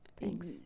thanks